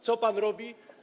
Co pan robi?